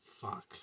fuck